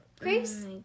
Grace